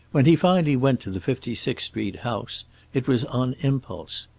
when he finally went to the fifty sixth street house it was on impulse.